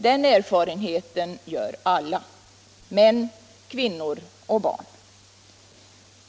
Den erfarenheten gör alla, män, kvinnor och barn.